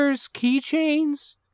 keychains